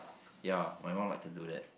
ya my mum like to do that